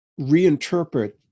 reinterpret